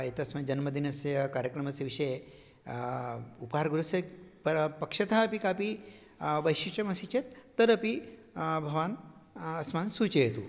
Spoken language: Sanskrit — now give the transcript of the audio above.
एतस्मिन् जन्मदिनस्य कार्यक्रमस्य विषये उपहारगृहस्य परं पक्षतः अपि कापि वैशिष्ट्यमस्ति चेत् तदपि भवान् अस्मान् सूचयतु